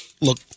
look